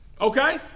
Okay